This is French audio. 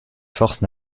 forces